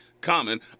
Common